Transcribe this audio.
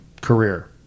career